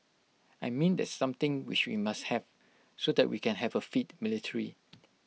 I mean that's something which we must have so that we can have A fit military